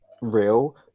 real